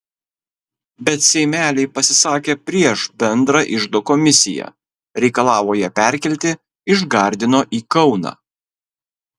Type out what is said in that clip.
bet seimeliai pasisakė prieš bendrą iždo komisiją reikalavo ją perkelti iš gardino į kauną